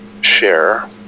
Share